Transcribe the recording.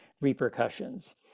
repercussions